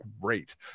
great